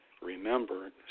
remember